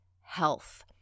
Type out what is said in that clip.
health